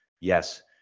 Yes